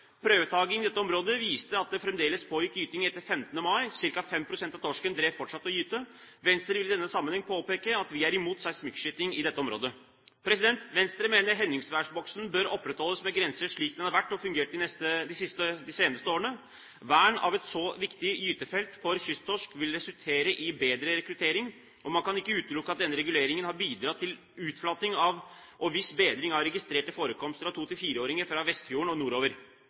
Prøvetaking i dette området viste at det fremdeles pågikk gyting etter 15. mai – ca. 5 pst. av torsken drev fortsatt og gytte. Venstre vil i denne sammenheng påpeke at vi er imot seismikkskyting i dette området. Venstre mener Henningsværboksen bør opprettholdes med grenser slik det har vært og har fungert de seneste årene. Vern av et så viktig gytefelt for kysttorsk vil resultere i bedre rekruttering, og man kan ikke utelukke at denne reguleringen har bidratt til en utflating og en viss bedring av registrerte forekomster av 2–4-åringer fra Vestfjorden og nordover.